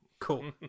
Cool